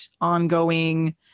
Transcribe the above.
ongoing